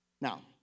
Now